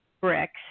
bricks